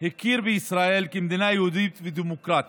הכיר בישראל כמדינה יהודית ודמוקרטית?